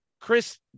Chris